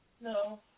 No